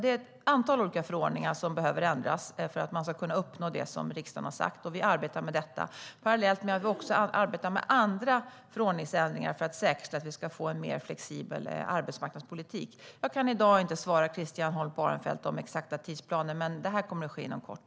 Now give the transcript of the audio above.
Det är ett antal olika förordningar som behöver ändras för att man ska kunna uppnå det som riksdagen har sagt, och vi arbetar med detta. Parallellt arbetar vi också med andra förordningsändringar för att säkerställa att vi ska få en mer flexibel arbetsmarknadspolitik. Jag kan i dag inte svara Christian Holm Barenfeld om exakta tidsplaner, men det kommer att ske inom kort.